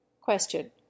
question